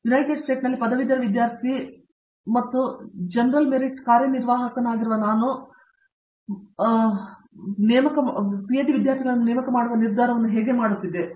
United ಸ್ಟೇಟ್ನಲ್ಲಿ ಪದವೀಧರ ವಿದ್ಯಾರ್ಥಿ ಮತ್ತು GM ಯಿಂದ ಕಾರ್ಯನಿರ್ವಾಹಕರಾಗಿರುವ ನಾನು ಅವರು ಪದವಿಪೂರ್ವ ವಿದ್ಯಾರ್ಥಿ ಅಥವಾ ಮಾಸ್ಟರ್ ವಿದ್ಯಾರ್ಥಿ ಅಥವಾ ಪಿಹೆಚ್ಡಿ ವಿದ್ಯಾರ್ಥಿಗಳನ್ನು ನೇಮಕ ಮಾಡುವ ನಿರ್ಧಾರವನ್ನು ಹೇಗೆ ಮಾಡುತ್ತಿದ್ದೇನೆ